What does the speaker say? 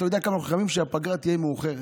אתה יודע כמה אנחנו חייבים שהפגרה תהיה מאוחרת,